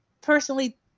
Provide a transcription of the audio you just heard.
personally